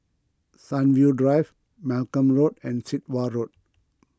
Sunview Drive Malcolm Road and Sit Wah Road